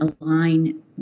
align